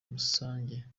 musange